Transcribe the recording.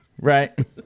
right